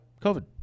covid